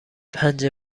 پنج